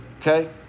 Okay